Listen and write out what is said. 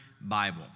Bible